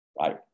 Right